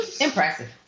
Impressive